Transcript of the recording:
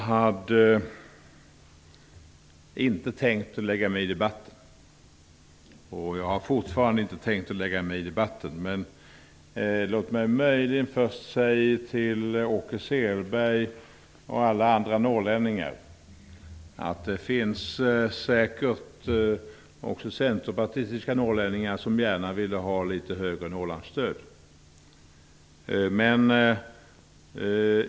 Herr talman! Jag hade inte tänkt lägga mig i debatten. Låt mig möjligen säga till Åke Selberg och alla andra norrlänningar att det säkert också finns centerpartistiska norrlänningar som vill ha ett högre Norrlandsstöd.